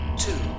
two